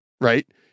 right